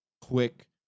quick